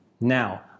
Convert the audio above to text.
Now